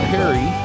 Perry